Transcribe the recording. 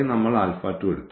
നമ്മൾ എടുത്തു